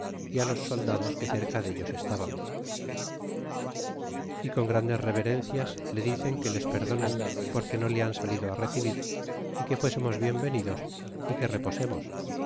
los soldados que cerca dellos estábamos y con grandes reverencias le dicen que les perdonen porque no le han salido recebir y que fuésemos bien venidos é que reposemos